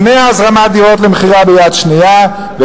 מונעת הזרמת דירות יד שנייה למכירה,